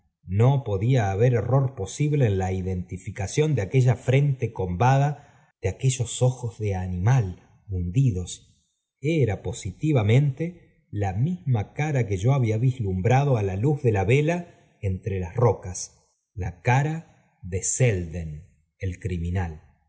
no podía haber error pósible en la identificación de aquella frente combada da aquellos ojos de animal hundidos era positivamente la misma oara que yo había visjumbrado á la luz de la vela entre las rocas la cara de selden el criminal